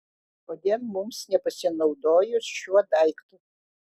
kodėl mums nepasinaudojus šiuo daiktu